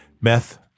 Meth